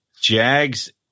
jags